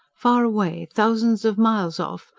far away, thousands of miles off,